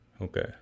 Okay